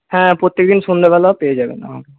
হ্যাঁ প্রত্যেকদিন সন্ধ্যেবেলাও পেয়ে যাবেন আমাকে